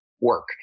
work